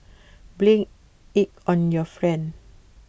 blame IT on your friend